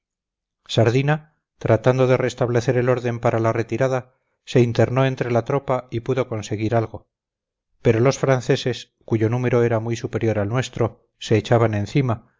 sardina tratando de restablecer el orden para la retirada se internó entre la tropa y pudo conseguir algo pero los franceses cuyo número era muy superior al nuestro se echaban encima